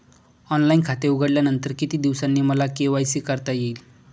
Online खाते उघडल्यानंतर किती दिवसांनी मला के.वाय.सी करता येईल?